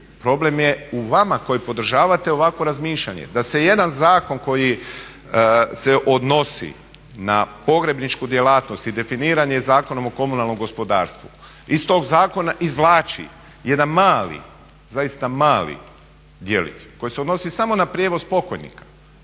problem je u vama koji podržavate ovakvo razmišljanje da se jedan zakon koji se odnosi na pogrebničku djelatnosti i definiran je Zakonom o komunalnom gospodarstvo, iz tog zakona izvlači jedan mali zaista mali djelić koji se odnosi samo na prijevoz pokojnika,